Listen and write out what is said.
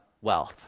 wealth